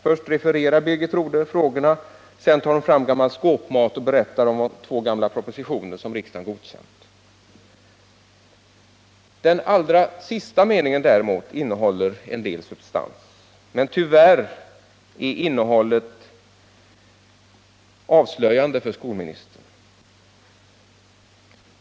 Först refererar Birgit Rodhe frågorna — sedan tar hon fram gammal skåpmat och berättar om två gamla propositioner som riksdagen godkänt. Den allra sista meningen däremot innehåller en del substans, men tyvärr är innehållet avslöjande för skolministern.